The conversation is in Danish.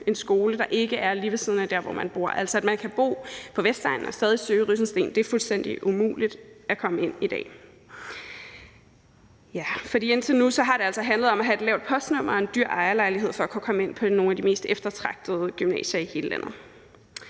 en skole, der ikke er lige ved siden af, hvor man bor, altså så man kan bo på Vestegnen og stadig søge Rysensteen Gymnasium. Det er fuldstændig umuligt at komme ind der i dag. For indtil nu har det altså handlet om at have et lavt postnummer og en dyr ejerlejlighed for at kunne komme ind på nogle af de mest eftertragtede gymnasier i landet.